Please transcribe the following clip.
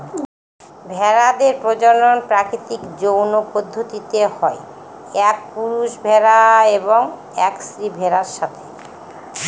ভেড়াদের প্রজনন প্রাকৃতিক যৌন পদ্ধতিতে হয় এক পুরুষ ভেড়া এবং এক স্ত্রী ভেড়ার সাথে